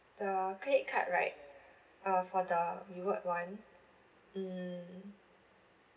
the credit card right uh for the reward [one] mm